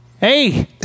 Hey